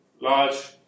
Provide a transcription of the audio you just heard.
large